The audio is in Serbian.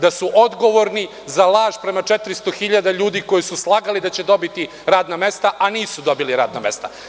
Da su odgovorni za laž prema 400.000 ljudi koje su slagali da će dobiti radna mesta, a nisu dobili radna mesta.